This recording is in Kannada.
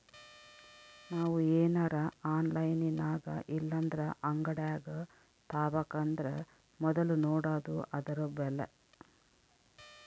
ನಾವು ಏನರ ಆನ್ಲೈನಿನಾಗಇಲ್ಲಂದ್ರ ಅಂಗಡ್ಯಾಗ ತಾಬಕಂದರ ಮೊದ್ಲು ನೋಡಾದು ಅದುರ ಬೆಲೆ